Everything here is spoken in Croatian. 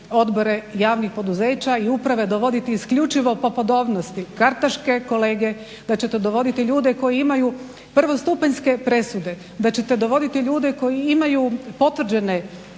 odbore javnih poduzeća i uprave dovoditi isključivo po podobnosti kartaške kolege, da ćete dovoditi ljude koji imaju prvostupanjske presude, da ćete dovoditi ljude koji imaju potvrđene